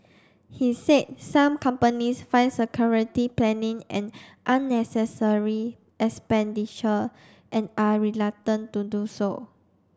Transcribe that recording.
he said some companies find security planning an unnecessary expenditure and are reluctant to do so